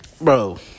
Bro